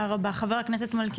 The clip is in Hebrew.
< יור >> היו"ר שרן מרים השכל: תודה רבה.